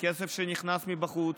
ככסף שנכנס מבחוץ.